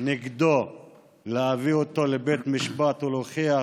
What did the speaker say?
נגדו כדי להביא אותו לבית משפט ולהוכיח